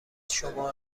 شما